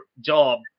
job